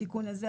התיקון הזה,